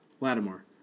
Lattimore